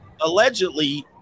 allegedly